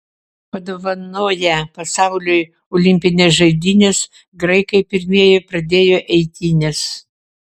padovanoję pasauliui olimpines žaidynes graikai pirmieji pradėjo eitynes